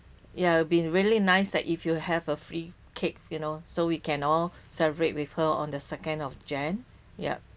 ya I've been really nice that if you have a free cakes you know so we can all celebrate with her on the second of jan yup